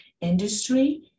industry